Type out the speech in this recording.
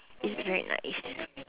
it's very nice